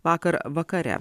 vakar vakare